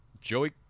Joey